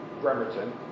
Bremerton